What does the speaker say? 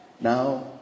now